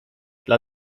dla